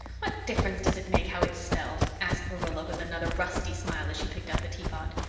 what difference does it make how it's spelled? asked marilla with another rusty smile as she picked up the teapot.